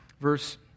verse